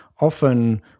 often